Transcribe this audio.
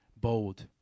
bold